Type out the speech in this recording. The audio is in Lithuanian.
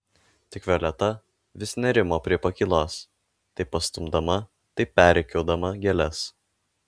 tik violeta vis nerimo prie pakylos tai pastumdama tai perrikiuodama gėles